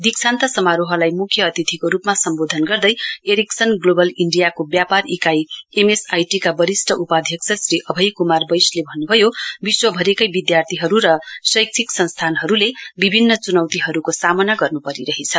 दीक्षान्त समारोहलाई मुख्य अतिथिको रूपमा सम्बोधन गर्दै इरिक्सन ग्लोबल इण्डियाको व्यापार इकाइ एमएस आई टी का वरिष्ट उपाध्यक्ष्य श्री अभय कुमार बैशले भन्नुभयो विश्वभरिकै विद्यार्थीहरू र शैक्षिक संस्थानहरूले विभिन्न चुनौतीहरूको सामना गर्नपरिरहेछ